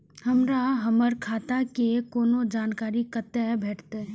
हमरा हमर खाता के कोनो जानकारी कतै भेटतै?